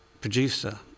producer